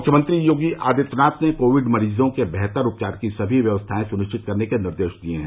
मुख्यमंत्री योगी आदित्यनाथ ने कोविड मरीजों के बेहतर उपचार की समी व्यवस्थाएं सुनिश्चित करने के निर्देश दिये हैं